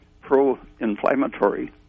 pro-inflammatory